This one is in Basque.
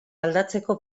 aldatzeko